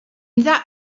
that